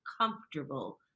comfortable